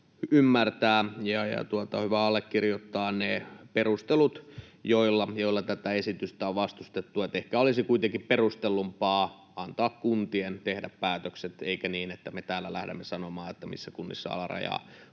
on hyvä allekirjoittaa ne perustelut, joilla tätä esitystä on vastustettu. Eli ehkä olisi kuitenkin perustellumpaa antaa kuntien tehdä päätökset, eikä niin, että me täällä lähdemme sanomaan, missä kunnissa alarajaa